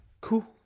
cool